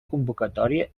convocatòria